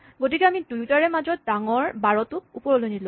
গতিকে আমি দুয়োটাৰে মাজৰ ডাঙৰ ১২ টোক ওপৰলৈ নিলো